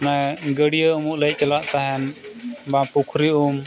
ᱢᱟᱱᱮ ᱜᱟᱹᱰᱭᱟᱹ ᱩᱢᱩᱜ ᱞᱟᱹᱭ ᱪᱟᱞᱟᱜ ᱛᱟᱦᱮᱱ ᱵᱟ ᱯᱩᱠᱷᱨᱤ ᱩᱢ